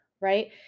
right